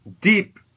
deep